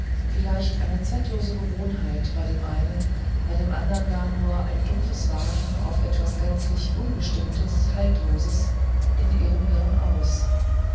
vielleicht eine zwecklose gewohnheit bei dem einen bei einem andern gar nur ein dumpfes warten auf etwas gänzlich unbestimmtes haltloses in ihrem hirn aus